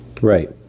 Right